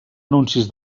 anuncis